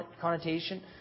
connotation